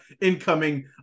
incoming